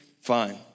fine